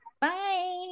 Bye